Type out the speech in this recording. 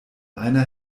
einer